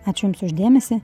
ačiū jums už dėmesį